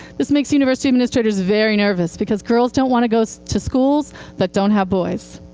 this makes university administrators very nervous, because girls don't want to go to schools that don't have boys.